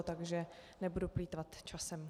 Takže nebudu plýtvat časem.